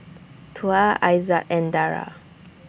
Tuah Aizat and Dara